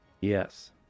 Yes